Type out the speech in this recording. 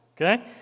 Okay